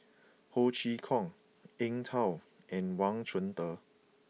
Ho Chee Kong Eng Tow and Wang Chunde